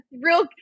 real